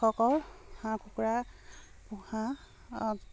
হাঁহ কুকুৰা পোঁহা